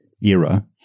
era